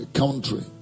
country